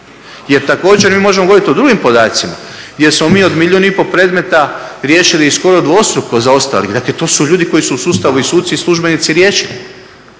jer također mi možemo govoriti o drugim podacima jer smo mi od milijun i pol predmeta riješili skoro dvostruko zaostalih. Dakle, to su ljudi koji su u sustavu i suci i službenici riješili,